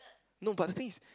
no but the thing is